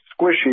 squishy